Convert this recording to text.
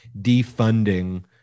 defunding